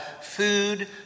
food